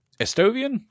Estovian